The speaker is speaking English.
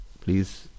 please